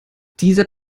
dieser